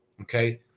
Okay